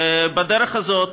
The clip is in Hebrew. ובדרך הזאת